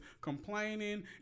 complaining